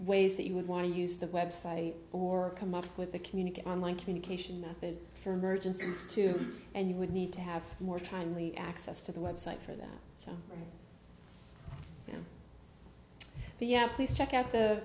ways that you would want to use the website or come up with the communicate online communication method for emergencies too and you would need to have more timely access to the website for them so yeah please check out the